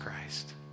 Christ